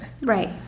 Right